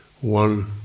One